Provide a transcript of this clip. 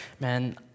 man